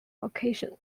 location